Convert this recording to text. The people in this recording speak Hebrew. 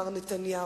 נתנו להן שמות